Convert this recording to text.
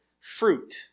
fruit